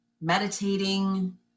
meditating